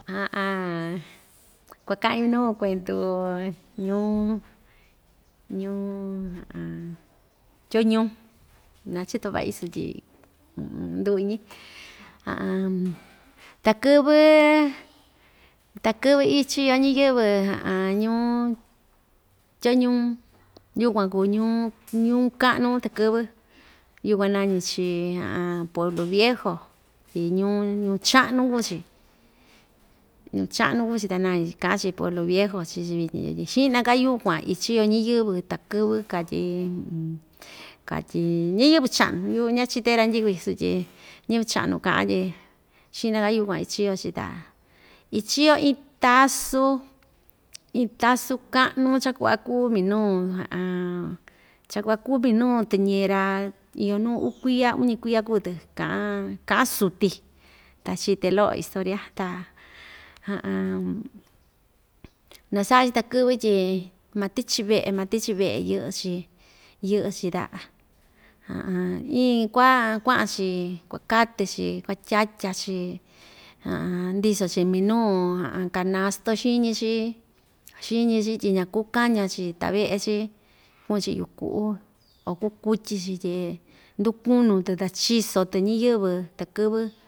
kuaka'in nuu kuentu ñuu ñuu tyoñuu ñachito va'i sutyi nduu‑iñi takɨ́vɨ takɨ́vɨ ichiyo ñiyɨvɨ ñuu tyoñuu yukuan kuu ñuu ñuu ka'nu takɨ́vɨ yukuan nañi‑chi pueblo viejo tyi ñuu ñuu cha'nu kuu‑chi ñuu cha'nu kuu‑chi ta nañi‑chi ka'an‑chi pueblo viejo chii‑chi vityin xi'na‑ka yukuan ichiyo ñiyɨvɨ takɨ́vɨ katyi katyi ñiyɨvɨ cha'nu yu'u ñachité randyi'i kui sutyi ñɨvɨ cha'nu ka'an tyi xi'na‑ka yukuan ichiyo‑chi ta ichiyo iin tasu iin tasu ka'nu cha kua'a kuu minuu cha kua'a kuu minu tɨñera iyo nuu uu kuiya, uñi kuiya kuu‑tɨ ka'an ka'an suti ta chite lo'o historia ta nasa'a‑chi takɨ́vɨ tyi maa tichi ve'e maa tichi ve'e yɨ'ɨ‑chi yɨ'ɨ‑chi ta iin kuaa kua'an‑chi kuakatɨ‑chi kuatyatya‑chi ndiso‑chi minuu kanastu xiñi‑chi xiñi‑chi tyi ñaku kaña‑chi tave'e‑chi ku'un‑chi yuku'ú o kukutyi‑chi tyi ndukunu‑tɨ ta chiso‑tɨ ñiyɨvɨ takɨ́vɨ.